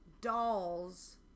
dolls